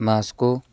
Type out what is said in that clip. Moscow